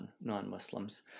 non-Muslims